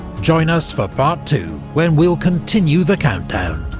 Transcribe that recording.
join us for part two when we'll continue the countdown,